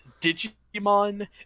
Digimon